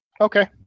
Okay